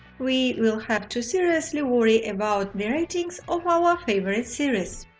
we will have to seriously worry about the ratings of our favorite series.